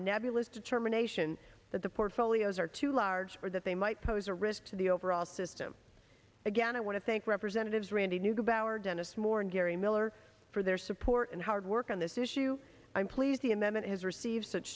a nebulous determination that the portfolios are too large for that they might pose a risk to the overall system again i want to thank representatives randy neugebauer dennis moore and gary miller for their support and hard work on this issue i'm pleased the amendment has received such